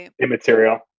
immaterial